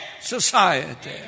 society